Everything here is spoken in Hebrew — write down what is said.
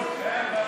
נחמיאס ורבין,